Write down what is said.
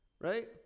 Right